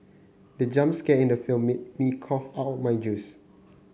the jump scare in the film made me cough out my juice